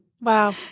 Wow